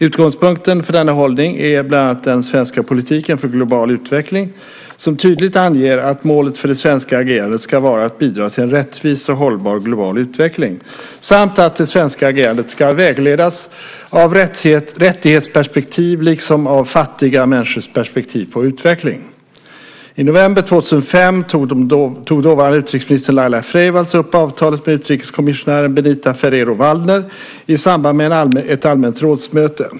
Utgångspunkten för denna hållning är bland annat den svenska politiken för global utveckling som tydligt anger att målet för det svenska agerandet ska vara att bidra till en rättvis och hållbar global utveckling, samt att det svenska agerandet ska vägledas av ett rättighetsperspektiv liksom av fattiga människors perspektiv på utveckling. I november 2005 tog dåvarande utrikesministern Laila Freivalds upp avtalet med utrikeskommissionären Benita Ferrero Waldner i samband med ett allmänt rådsmöte.